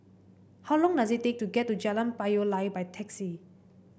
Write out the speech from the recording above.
how long does it take to get to Jalan Payoh Lai by taxi